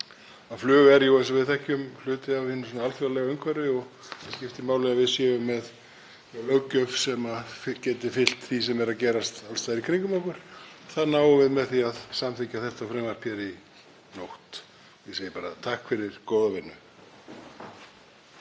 að flug er jú eins og við þekkjum hluti af hinu alþjóðlega umhverfi og það skiptir máli að við séum með löggjöf sem getur fylgt því sem er að gerast alls staðar í kringum okkur. Því náum við með því að samþykkja þetta frumvarp hér í nótt. Ég segi bara: Takk fyrir góða vinnu.